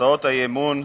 הצעות אי-האמון,